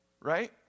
Right